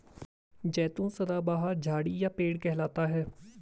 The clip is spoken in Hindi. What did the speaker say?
जैतून सदाबहार झाड़ी या पेड़ कहलाता है